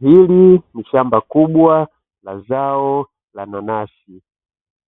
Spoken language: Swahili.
Hili ni shamba kubwa la zao la nanasi,